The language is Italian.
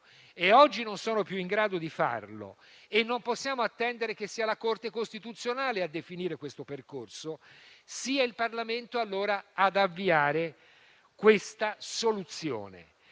oggi non sono più in grado di farlo, noi non possiamo attendere che sia la Corte costituzionale a definire il percorso: sia il Parlamento allora ad avviare questa soluzione.